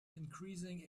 increasing